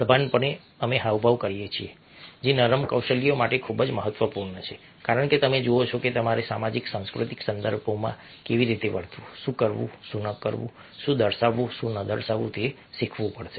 સભાનપણે અમે હાવભાવ કરીએ છીએ જે નરમ કૌશલ્યો માટે ખૂબ જ મહત્વપૂર્ણ છે કારણ કે તમે જુઓ છો કે તમારે સામાજિક સાંસ્કૃતિક સંદર્ભોમાં કેવી રીતે વર્તવું શું કરવું શું ન કરવું શું દર્શાવવું શું ન દર્શાવવું તે શીખવું પડશે